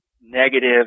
negative